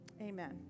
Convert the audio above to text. Amen